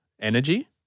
energy